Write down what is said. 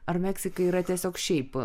ar meksika yra tiesiog šiaip